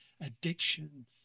addiction